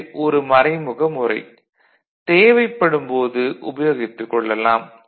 இது ஒரு மறைமுக முறை தேவைப்படும் போது உபயோகித்துக் கொள்ளலாம்